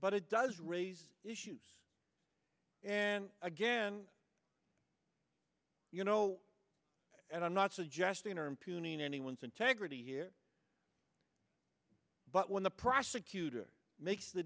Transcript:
but it does raise issues and again you know and i'm not suggesting or impugning anyone's integrity here but when the prosecutor makes the